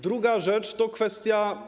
Druga rzecz to kwestia.